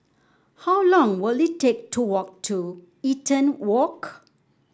how long will it take to walk to Eaton Walk